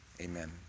Amen